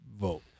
vote